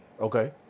Okay